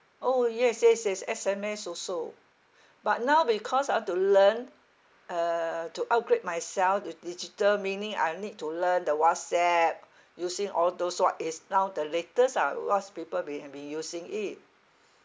!ow! yes yes yes S_M_S also but now because I want to learn uh to upgrade myself with digital meaning I need to learn the whatsapp using all those what is now the latest ah what's people being been using it